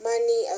Money